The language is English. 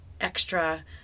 extra